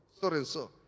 so-and-so